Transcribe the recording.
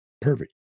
perfect